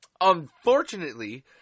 Unfortunately